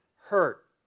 hurt